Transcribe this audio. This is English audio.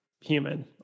human